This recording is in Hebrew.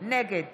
נגד